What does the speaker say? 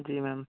जी ma'am